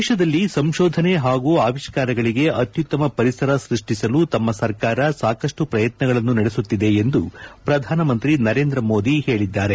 ದೇಶದಲ್ಲಿ ಸಂತೋಧನೆ ಪಾಗೂ ಆವಿಷ್ಣಾರಗಳಿಗೆ ಅತ್ಸುತ್ತಮ ಪರಿಸರ ಸ್ಪಷ್ಟಿಸಲು ತಮ್ನ ಸರ್ಕಾರ ಸಾಕಷ್ಟು ಪ್ರಯತ್ನಗಳನ್ನು ನಡೆಸುತ್ತಿದೆ ಎಂದು ಪ್ರಧಾನಮಂತ್ರಿ ನರೇಂದ್ರ ಮೋದಿ ಹೇಳಿದ್ದಾರೆ